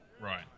Right